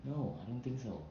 no I don't think so